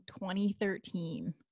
2013